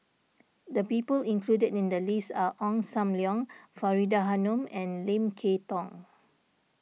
the people included in the list are Ong Sam Leong Faridah Hanum and Lim Kay Tong